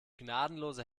gnadenlose